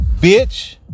Bitch